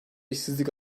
işsizlik